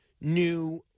new